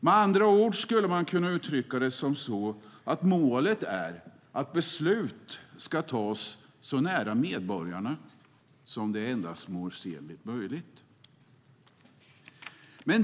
Med andra ord skulle man kunna uttrycka det som att målet är att beslut ska tas så nära medborgarna som det är ändamålsenligt möjligt.